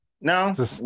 no